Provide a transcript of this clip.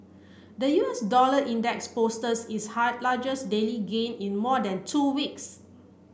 the U S dollar index posted its largest daily gain in more than two weeks